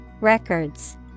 Records